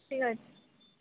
ঠিক আছে